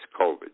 COVID